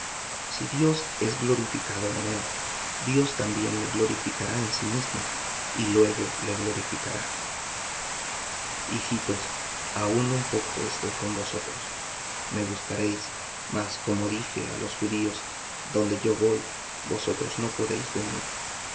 si dios es glorificado en él dios también le glorificará en sí mismo y luego le glorificará hijitos aun un poco estoy con vosotros me buscaréis mas como dije á los judíos donde yo voy vosotros no podéis venir